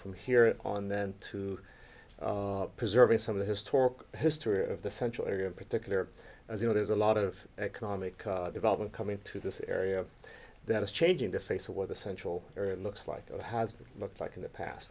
from here on then to preserving some of the historic history of the central area in particular as you know there's a lot of economic development coming to this area that is changing the face of what the central area looks like it has looked like in the past